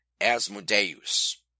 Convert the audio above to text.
Asmodeus